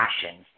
Passions